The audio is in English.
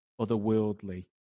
otherworldly